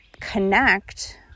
connect